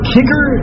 Kicker